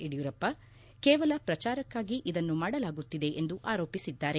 ಯಡಿಯೂರಪ್ಪ ಕೇವಲ ಪ್ರಚಾರಕ್ಕಾಗಿ ಇದನ್ನು ಮಾಡಲಾಗುತ್ತಿದೆ ಎಂದು ಆರೋಪಿಸಿದ್ದಾರೆ